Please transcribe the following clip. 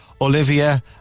Olivia